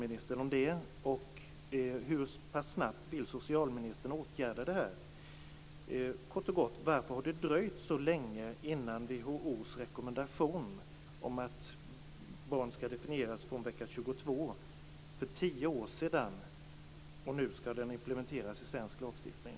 Hur pass snabbt vill socialministern åtgärda detta? Kort och gott: Varför har det dröjt så länge innan WHO:s rekommendation sedan tio år tillbaka om att barn skall definieras från vecka 22 skall implementeras i svensk lagstiftning?